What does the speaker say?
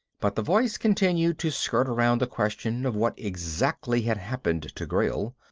but the voice continued to skirt around the question of what exactly had happened to grayl.